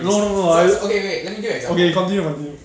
no no no I okay you continue continue